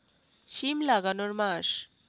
সিম লাগানোর মাস?